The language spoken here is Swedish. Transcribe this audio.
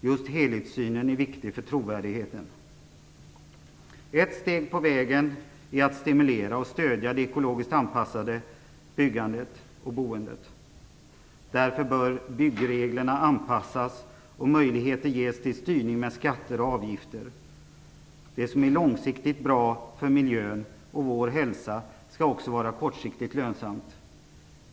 Just helhetssynen är viktig för trovärdigheten. Ett steg på vägen är att stimulera och stödja det ekologiskt anpassade byggandet och boendet. Därför bör byggreglerna anpassas och möjligheter ges till styrning med skatter och avgifter. Det som är långsiktigt bra för miljön och vår hälsa skall också vara kortsiktigt lönsamt.